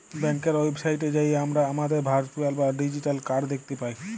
ব্যাংকের ওয়েবসাইটে যাঁয়ে আমরা আমাদের ভারচুয়াল বা ডিজিটাল কাড় দ্যাখতে পায়